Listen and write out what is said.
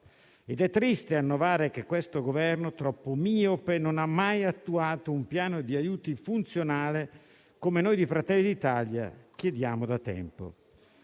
È triste annotare che questo Governo, troppo miope, non ha mai attuato un piano di aiuti funzionale come noi di Fratelli d'Italia chiediamo da tempo.